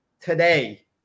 today